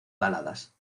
baladas